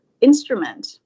instrument